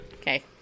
Okay